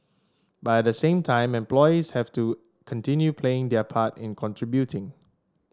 but at the same time employees have to continue playing their part in contributing